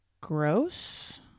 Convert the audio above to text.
Gross